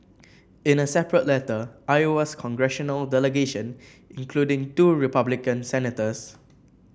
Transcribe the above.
in a separate letter Iowa's congressional delegation including two Republican senators